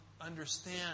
understand